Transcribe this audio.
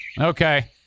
Okay